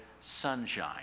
sunshine